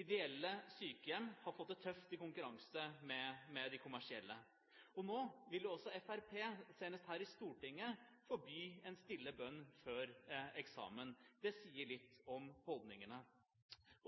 Ideelle sykehjem har fått det tøft i konkurranse med de kommersielle. Nå vil også Fremskrittspartiet, senest her i Stortinget, forby en stille bønn før eksamen. Det sier litt om holdningene.